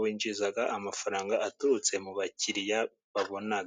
binjiza amafaranga aturutse mu bakiriya babona.